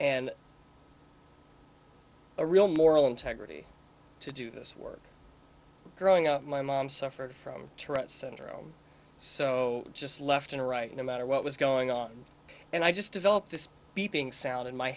and a real moral integrity to do this work growing up my mom suffered from tourette's syndrome so just left and right no matter what was going on and i just developed this beeping sound in my